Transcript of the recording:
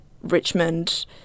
Richmond